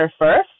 first